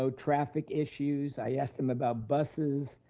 so traffic issues, i asked him about buses.